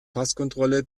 passkontrolle